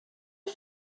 are